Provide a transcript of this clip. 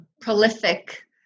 prolific